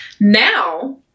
Now